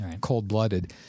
cold-blooded